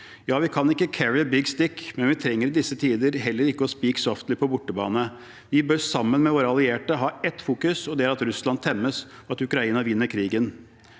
Ja, vi kan ikke «carry a big stick», men vi trenger i disse tider heller ikke å «speak softly» på bortebane. Vi bør sammen med våre allierte ha ett fokus, og det er at Russland temmes, at Ukraina vinner krigen